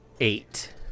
eight